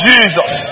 Jesus